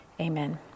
Amen